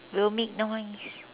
will make noise